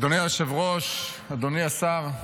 אדוני היושב-ראש, אדוני השר,